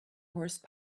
horse